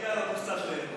מגיע לנו גם קצת ליהנות.